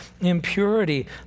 impurity